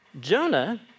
Jonah